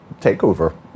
takeover